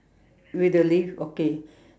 with the leaf okay